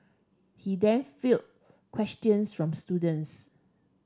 he then field questions from students